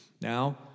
Now